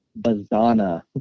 Bazana